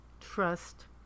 Trust